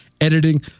editing